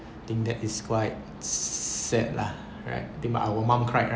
think that is quite sad lah right think that our mum cried